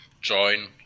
join